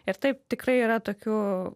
ir taip tikrai yra tokių